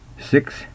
six